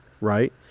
right